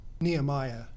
Nehemiah